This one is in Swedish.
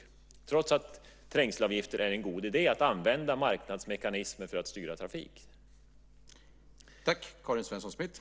Detta trots att trängselavgifter och att använda marknadsmekanismer för att styra trafik är en god idé.